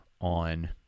on